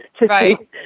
Right